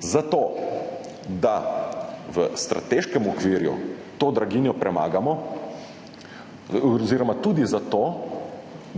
Zato, da v strateškem okviru to draginjo premagamo oziroma tudi zato